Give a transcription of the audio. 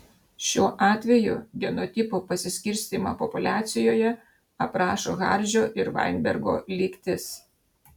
šiuo atveju genotipų pasiskirstymą populiacijoje aprašo hardžio ir vainbergo lygtis